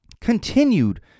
continued